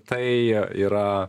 tai yra